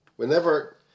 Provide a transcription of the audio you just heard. Whenever